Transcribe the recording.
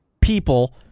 people